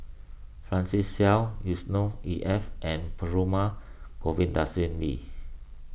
Francis Seow Yusnor E F and Perumal Govindaswamy